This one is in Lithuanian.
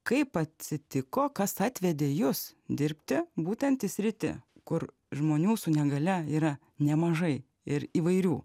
kaip atsitiko kas atvedė jus dirbti būtent į sritį kur žmonių su negalia yra nemažai ir įvairių